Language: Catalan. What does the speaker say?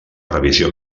revisió